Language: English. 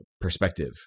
perspective